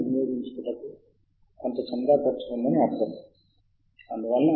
com మళ్ళించబడుతుంది అక్కడ మీరు మీ ఖాతాను సృష్టించగలరు లేదా మీరు ఇప్పటికే సృష్టించినట్లయితే మీరు సైన్ ఇన్ అవవచ్చు